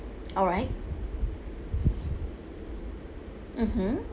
alright mmhmm